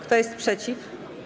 Kto jest przeciw?